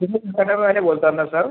तुम्ही वाले बोलता ना सर